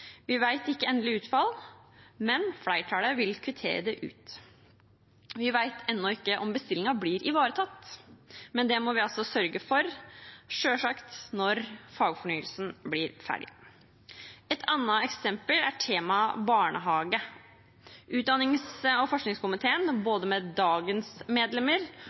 Vi vet ikke endelig utfall, men flertallet vil kvittere det ut. Vi vet ennå ikke om bestillingen blir ivaretatt, men det må vi altså sørge for, selvsagt, når fagfornyelsen blir ferdig. Et annet eksempel er temaet barnehage. Utdannings- og forskningskomiteen, både dagens medlemmer